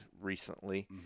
recently